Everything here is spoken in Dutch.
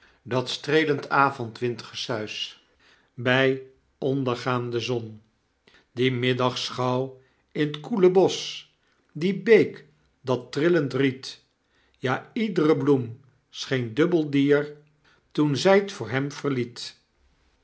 dat streelend avondwind-gesuis by ondergaande zon die middagscnaauw in t koele bosch die beek dat trillend riet ja iedre bloem scheen dubbel dier toen zy t voor hem verliet